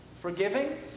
forgiving